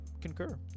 concur